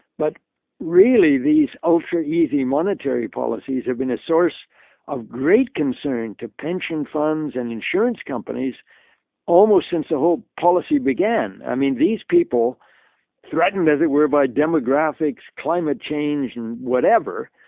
but really, these ultra easy monetary policies have been a source of great concern to pension funds and insurance companies almost since the whole policy began. i mean, these people threatened as it were by demographics, climate change, and whatever,